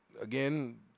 Again